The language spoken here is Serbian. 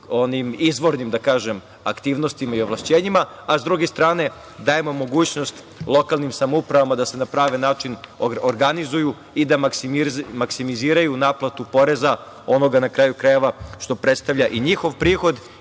svojim izvornim aktivnostima i ovlašćenjima, a s druge strane dajemo mogućnost lokalnim samoupravama da se na pravi način organizuju i da maksimiziraju naplatu poreza, onoga što predstavlja i njihov prihod. Ove